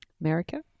America